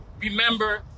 remember